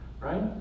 right